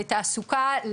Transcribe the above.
לתעסוקה,